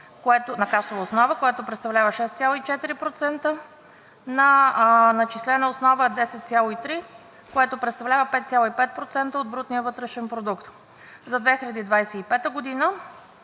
на касова основа, което представлява 6,4%, на начислена основа е 10,3, което представлява 5,5% от брутния вътрешен продукт. За 2025 г.